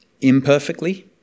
imperfectly